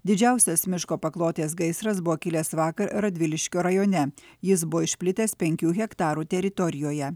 didžiausias miško paklotės gaisras buvo kilęs vakar radviliškio rajone jis buvo išplitęs penkių hektarų teritorijoje